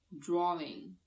Drawing